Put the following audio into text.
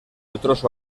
otros